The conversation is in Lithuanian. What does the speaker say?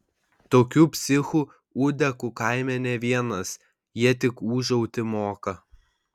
tokių psichų ūdekų kaime ne vienas jie tik ūžauti moka